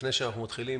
לפני שאנחנו מתחילים,